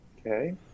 Okay